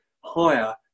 higher